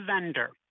vendor